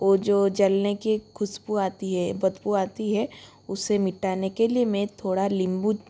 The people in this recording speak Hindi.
वह जो जलने के खुशबू आती है बदबू आती है उसे मिटाने के लिए मैं थोड़ा निम्बू